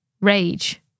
Rage